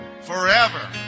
forever